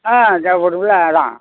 ஆ ஜ கொடுக்கலாம் அதெலாம்